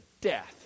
death